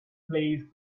placed